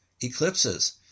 eclipses